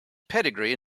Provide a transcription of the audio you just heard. pedigree